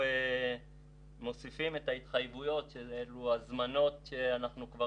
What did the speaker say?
מוסיפים את ההתחייבויות אלה הזמנות שאנחנו כבר